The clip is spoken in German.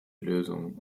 lösung